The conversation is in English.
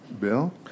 Bill